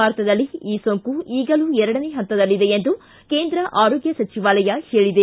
ಭಾರತದಲ್ಲಿ ಈ ಸೋಂಕು ಈಗಲೂ ಎರಡನೇ ಹಂತದಲ್ಲಿದೆ ಎಂದು ಕೇಂದ್ರ ಆರೋಗ್ಯ ಸಚಿವಾಲಯ ಹೇಳಿದೆ